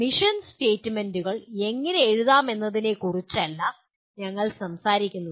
mission സ്റ്റേറ്റ്മെന്റുകൾ എങ്ങനെ എഴുതാമെന്നതിനെക്കുറിച്ചല്ല ഞങ്ങൾ സംസാരിക്കുന്നത്